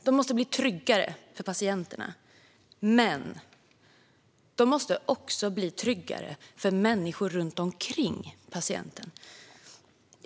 De måste bli tryggare för patienterna, och de måste också bli tryggare för människor runt omkring patienten.